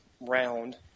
round